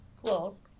Close